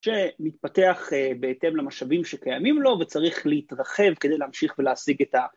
שמתפתח בהתאם למשאבים שקיימים לו וצריך להתרחב כדי להמשיך ולהשיג את ה...